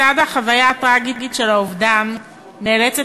לצד החוויה הטרגית של האובדן נאלצת